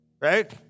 right